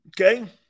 Okay